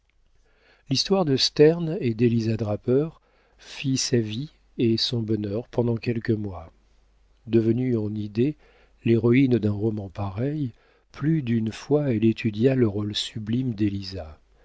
l'histoire de sterne et d'éliza draper fit sa vie et son bonheur pendant quelques mois devenue en idée l'héroïne d'un roman pareil plus d'une fois elle étudia le rôle sublime d'éliza